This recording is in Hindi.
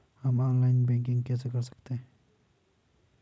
हम ऑनलाइन बैंकिंग कैसे कर सकते हैं?